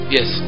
Yes